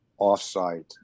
offsite